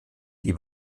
die